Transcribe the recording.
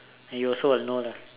and you also will know lah